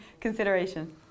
consideration